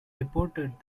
reported